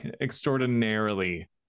extraordinarily